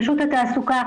רשות התעסוקה,